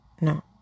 No